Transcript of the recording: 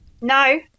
No